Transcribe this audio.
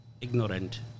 ignorant